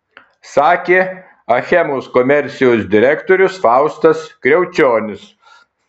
sakė achemos komercijos direktorius faustas kriaučionis